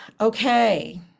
Okay